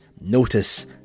notice